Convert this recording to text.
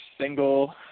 single